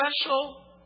special